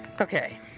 okay